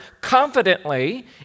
confidently